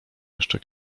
jeszcze